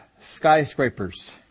skyscrapers